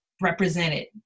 represented